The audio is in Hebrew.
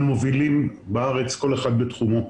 מהמובילים בארץ, כל אחד בתחומו.